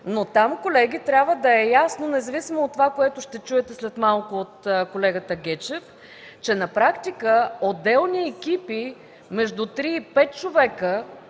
но колеги, трябва да е ясно, независимо от това, което ще чуете след малко от колегата Гечев, че на практика отделни екипи – между трима